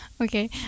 Okay